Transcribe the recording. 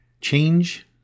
Change